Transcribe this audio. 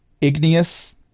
Igneous